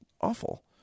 awful